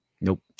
Nope